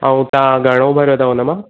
ऐं तव्हां घणो भरियो अथव हुन मां